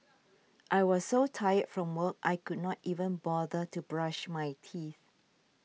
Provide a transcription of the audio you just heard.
I was so tired from work I could not even bother to brush my teeth